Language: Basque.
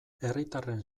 herritarren